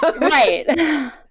Right